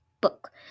book